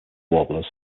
warblers